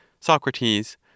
Socrates